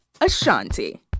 Ashanti